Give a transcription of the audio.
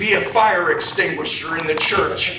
be a fire extinguisher in the church